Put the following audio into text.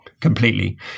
Completely